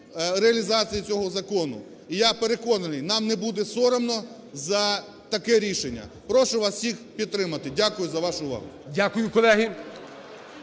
Дякую за вашу увагу.